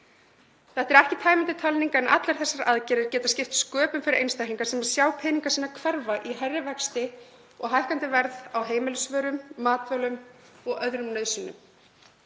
Þetta er ekki tæmandi talning en allar þessar aðgerðir geta skipt sköpum fyrir einstaklinga sem sjá peninga sína hverfa í hærri vöxtum og hækkandi verði á heimilisvörum, matvælum og öðrum nauðsynjum.